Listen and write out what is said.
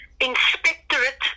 Inspectorate